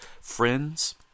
friends